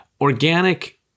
organic